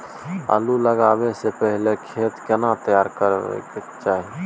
आलू लगाबै स पहिले खेत केना तैयार करबा के चाहय?